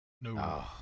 No